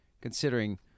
considering